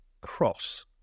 cross